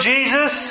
Jesus